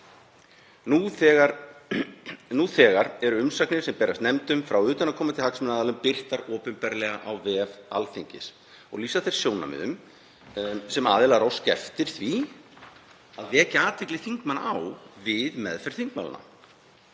Nú þegar eru umsagnir sem berast nefndum frá utanaðkomandi hagsmunaaðilum birtar opinberlega á vef Alþingis og lýsa þær sjónarmiðum sem aðilar óska eftir að vekja athygli þingmanna á við meðferð þingmála.